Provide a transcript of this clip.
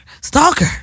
stalker